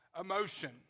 emotion